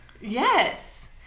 Yes